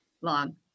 Long